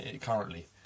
currently